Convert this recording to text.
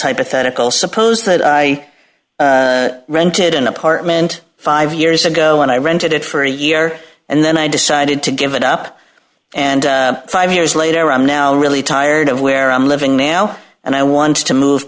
hypothetical suppose that i rented an apartment five years ago and i rented it for a year and then i decided to give it up and five years later i'm now really tired of where i'm living now and i want to move